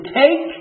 take